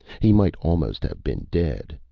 he might almost have been dead.